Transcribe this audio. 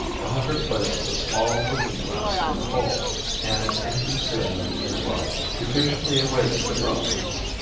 the hunter places a small looking-glass near the hole and, in concealment near by, he patiently awaits developments.